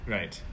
Right